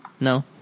No